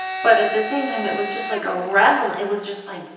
but at the same time it was just like a revel it was just like,